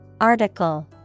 Article